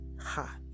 ha